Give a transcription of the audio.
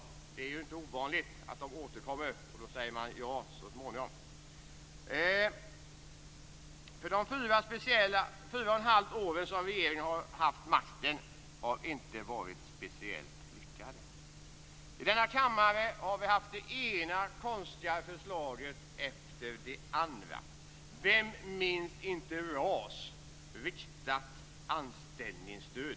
Det är ju inte ovanligt att de återkommer, och då säger man ja så småningom. De fyra och ett halvt åren som regeringen har haft makten har inte varit speciellt lyckade. I denna kammare har vi haft det ena konstiga förslaget efter det andra. Vem minns inte RAS - riktat anställningsstöd?